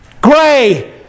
Gray